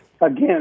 Again